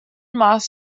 maß